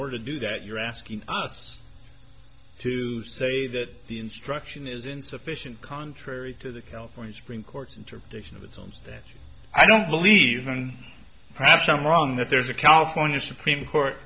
order to do that you're asking us to say that the instruction is insufficient contrary to the california supreme court's interpretation of exams that i don't believe and perhaps i'm wrong that there's a california supreme court